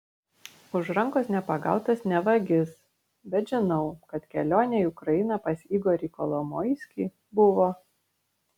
už rankos nepagautas ne vagis bet žinau kad kelionė į ukrainą pas igorį kolomoiskį buvo